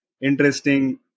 interesting